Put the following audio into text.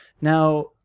Now